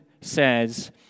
says